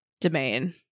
domain